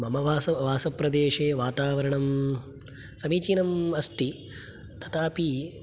मम वासो वासप्रदेशे वातावरणं समीचीनम् अस्ति तथापि